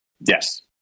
Yes